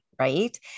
Right